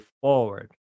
forward